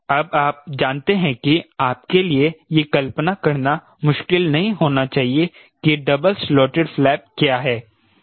अब आप जानते हैं कि आपके लिए यह कल्पना करना मुश्किल नहीं होना चाहिए कि डबल स्लोटेड फ्लैप क्या है